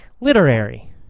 Literary